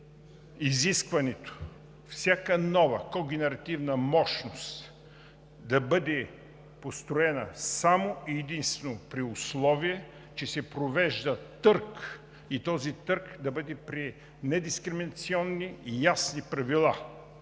е изискването всяка нова когенеративна мощност да бъде построена само и единствено, при условие че се провежда търг и той да бъде при недискриминационни и ясни правила.